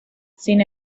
sin